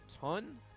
ton